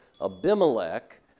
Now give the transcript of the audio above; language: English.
Abimelech